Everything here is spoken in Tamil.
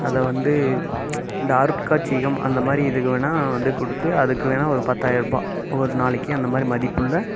அதை வந்து இந்த அருட்காட்சியகம் அந்த மாதிரி இதுக்கு வேணுணா வந்து கொடுத்து அதுக்கு வேணுணா ஒரு பத்தாயறருபா ஒரு நாளைக்கு அந்த மாதிரி மதிப்புள்ள